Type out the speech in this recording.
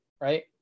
right